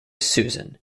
susan